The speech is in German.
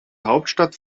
hauptstadt